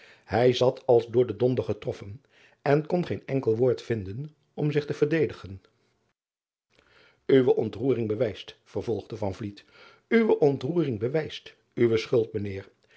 ij zat als door den donder getroffen en kon geen enkel woord vinden om zich te verdedigen we ontroering bewijst vervolgde uwe ontroering bewijst uwe schuld